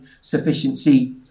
sufficiency